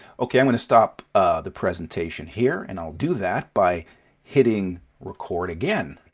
okay, i'm gonna stop the presentation here, and i'll do that by hitting record again.